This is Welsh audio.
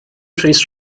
rhys